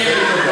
תעשה לי טובה.